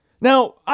Now